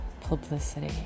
publicity